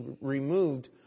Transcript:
removed